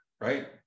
right